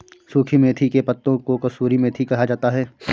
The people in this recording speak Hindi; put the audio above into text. सुखी मेथी के पत्तों को कसूरी मेथी कहा जाता है